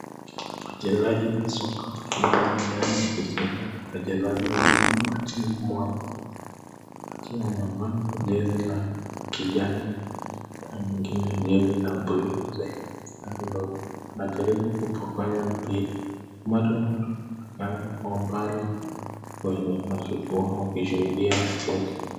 Wachezaji wa soka wakikabiliana, wachezaji wawili wa timu moja. Akiwa mmoja jezi la kijani na mwingine jezi la bluu iliyozeeka, wanajaribu kupokonyana mpira. Umati wa watu umekaa kwa mbali kwenye machukuo wakishuhudia mchezo.